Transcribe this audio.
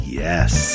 yes